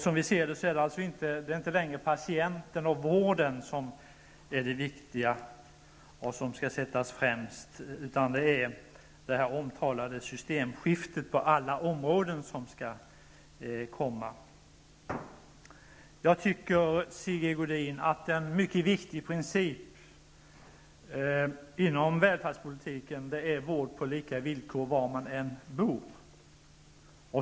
Som vi ser det är det inte längre patienten och vården som är det viktiga och som skall sättas främst, utan det är det omtalade systemskiftet på alla områden. Jag tycker, Sigge Godin, att en mycket viktig princip inom välfärdspolitiken är vård på lika villkor var man än bor.